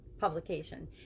publication